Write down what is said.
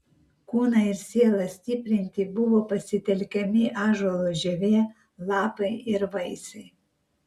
kūną ir sielą stiprinti buvo pasitelkiami ąžuolo žievė lapai ir vaisiai